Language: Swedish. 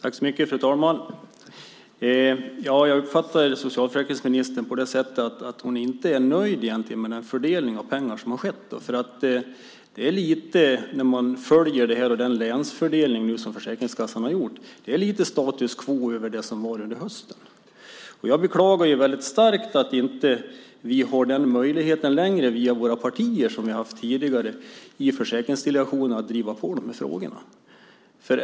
Fru talman! Jag uppfattar att socialförsäkringsministern egentligen inte är nöjd med den fördelning av pengar som har skett. När man följer den länsfördelning som Försäkringskassan nu har gjort kan man se något av ett status quo över det som var under hösten. Jag beklagar starkt att vi inte i våra partier längre har någon möjlighet att driva på de här frågorna i Försäkringsdelegationen.